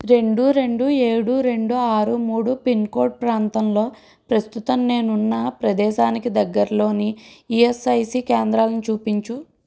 రెండు రెండు ఏడు రెండు ఆరు మూడు పిన్కోడ్ ప్రాంతంలో ప్రస్తుతం నేను ఉన్న ప్రదేశానికి దగ్గరలోని ఈఎస్ఐసీ కేంద్రాలను చూపించు